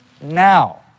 now